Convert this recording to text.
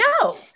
No